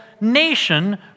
nation